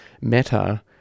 Meta